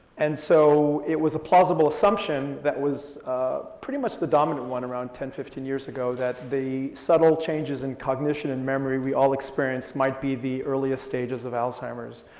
and so it was a plausible assumption that was pretty much the dominant one around ten, fifteen years ago that the subtle changes in cognition and memory we all experience might be the earliest earliest stages of alzheimer's.